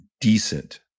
decent